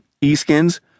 e-skins